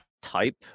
type